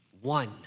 One